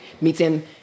meeting